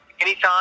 anytime